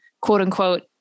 quote-unquote